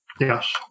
Yes